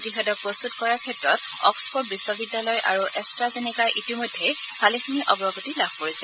প্ৰতিষেধক প্ৰস্তত কৰাৰ ক্ষেত্ৰত অক্সফৰ্ড বিশ্ববিদ্যালয় আৰু এট্টা জেনেকাই ইতিমধ্যে ভালেখিনি অগ্ৰগতি লাভ কৰিছে